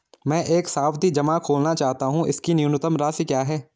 मैं एक सावधि जमा खोलना चाहता हूं इसकी न्यूनतम राशि क्या है?